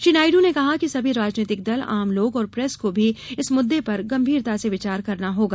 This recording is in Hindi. श्री नायडू ने कहा कि सभी राजनीतिक दल आम लोग और प्रेस को भी इस मुद्दे पर गंभीरता से विचार करना होगा